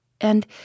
And